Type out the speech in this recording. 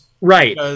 Right